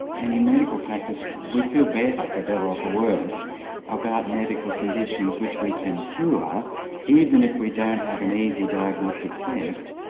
and in medical practice we feel better, for better or for worse about medical conditions which we can cure even if we don't have an easy diagnostic test,